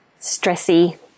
stressy